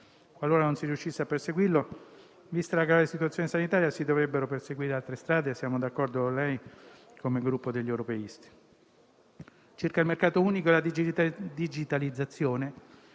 Qualora non si riuscisse a perseguirlo, vista la grave situazione sanitaria, si dovrebbero perseguire altre strade e siamo d'accordo con lei, come Gruppo degli Europeisti. Circa il mercato unico e la digitalizzazione,